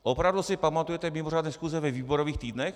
Opravdu si pamatujete mimořádné schůze ve výborových týdnech?